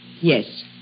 Yes